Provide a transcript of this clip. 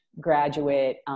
graduate